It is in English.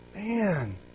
Man